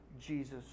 Jesus